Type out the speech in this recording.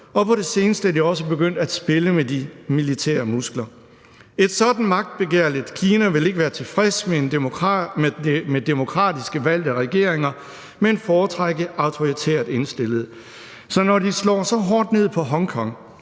og på det seneste er de også begyndt at spille med de militære muskler. Et sådant magtbegærligt Kina vil ikke være tilfreds med demokratisk valgte regeringer, men foretrække autoritært indstillede. Så når de slår så hårdt ned på Hongkong,